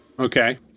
Okay